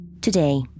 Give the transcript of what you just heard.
Today